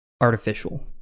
artificial